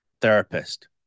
therapist